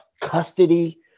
custody